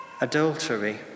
adultery